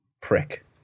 Prick